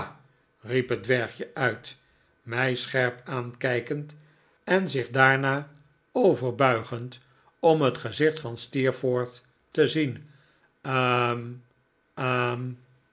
riep het dwergje uit mij scherp aankijkend en zich daarna overbuiik laat mij niet adoniseeren gend om het gezicht van steerforth te zien hm